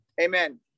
Amen